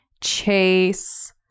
chase